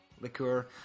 liqueur